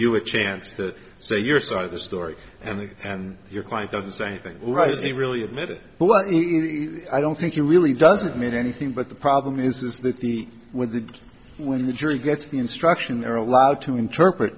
you a chance to say your side of the story and and your client doesn't say anything right if he really admitted but i don't think he really doesn't mean anything but the problem is that the with the when the jury gets the instruction they're allowed to interpret